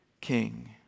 king